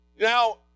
Now